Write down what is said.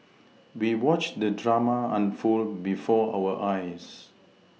we watched the drama unfold before our eyes